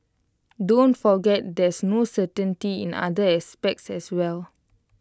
don't forget there's no certainty in other aspects as well